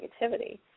negativity